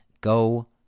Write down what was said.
Go